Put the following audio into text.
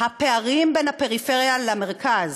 הפערים בין הפריפריה למרכז